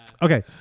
Okay